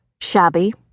shabby